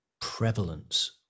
prevalence